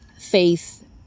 faith